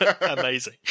amazing